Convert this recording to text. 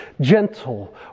gentle